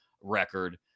record